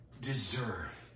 deserve